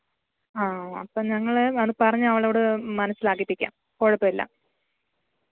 ആ അപ്പം ഞങ്ങള് അത് പറഞ്ഞവളോട് മനസ്സിലാക്കിപ്പിക്കാം കുഴപ്പമില്ല